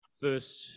first